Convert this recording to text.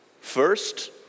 First